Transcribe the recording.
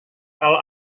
kalau